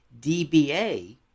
DBA